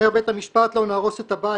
אבל בית המשפט אומר: לא נהרוס את הבית.